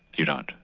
you don't.